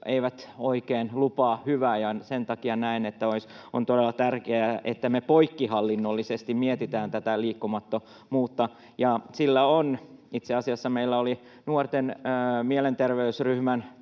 eivät oikein lupaa hyvää. Sen takia näen, että on todella tärkeää, että me poikkihallinnollisesti mietitään tätä liikkumattomuutta. Itse asiassa meillä oli nuorten mielenterveysryhmän